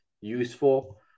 useful